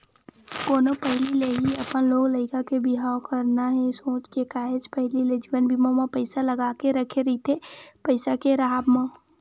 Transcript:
कोनो पहिली ले ही अपन लोग लइका के बिहाव करना हे सोच के काहेच पहिली ले जीवन बीमा म पइसा लगा के रखे रहिथे पइसा के राहब म